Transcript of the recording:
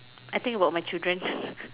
I think about my children